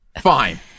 fine